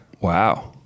Wow